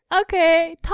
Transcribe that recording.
Okay